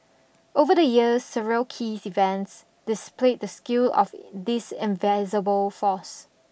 over the years several keys events displayed the skill of this invisible force